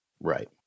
Right